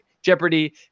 jeopardy